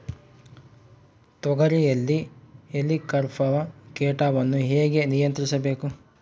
ತೋಗರಿಯಲ್ಲಿ ಹೇಲಿಕವರ್ಪ ಕೇಟವನ್ನು ಹೇಗೆ ನಿಯಂತ್ರಿಸಬೇಕು?